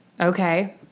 Okay